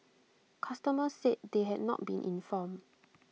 customers said they had not been informed